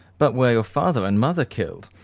but were your father and mother killed?